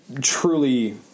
truly